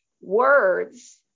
words